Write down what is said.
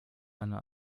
eine